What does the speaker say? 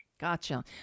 Gotcha